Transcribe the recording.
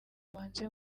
mubanze